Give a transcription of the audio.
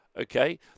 okay